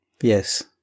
Yes